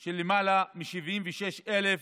של למעלה מ-76,000